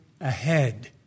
ahead